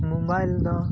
mobile ᱫᱚ